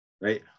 Right